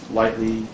lightly